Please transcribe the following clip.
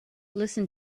listen